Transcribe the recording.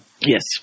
Yes